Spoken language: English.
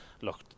look